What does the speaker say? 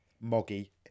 Moggy